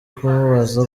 kumubaza